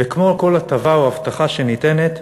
וכמו כל הטבה או הבטחה שניתנת,